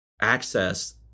access